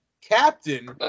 captain